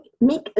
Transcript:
make